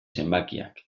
zenbakiak